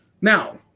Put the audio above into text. Now